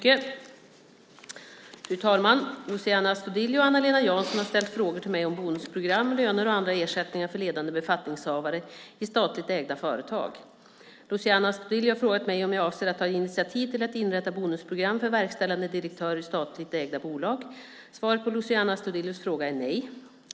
Fru talman! Luciano Astudillo och Anna-Lena Jansson har ställt frågor till mig om bonusprogram, löner och andra ersättningar för ledande befattningshavare i statligt ägda företag. Luciano Astudillo har frågat mig om jag avser att ta initiativ till att inrätta bonusprogram för verkställande direktörer i statligt ägda bolag. Svaret på Luciano Astudillos fråga är: Nej!